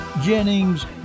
Jennings